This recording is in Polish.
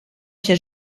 się